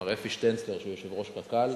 מר אפי שטנצלר, שהוא יושב-ראש קק"ל,